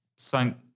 thank